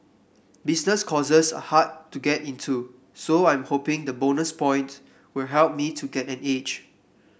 business courses are hard to get into so I am hoping the bonus points will help me to get an edge